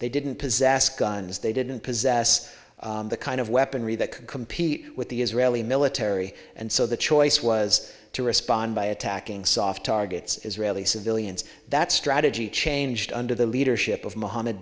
they didn't possess guns they didn't possess the kind of weaponry that could compete with the israeli military and so the choice was to respond by attacking soft targets israeli civilians that strategy changed under the leadership of mohammed